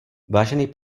vážený